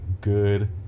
good